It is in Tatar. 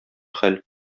хәл